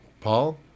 Paul